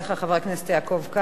חבר הכנסת יעקב כץ,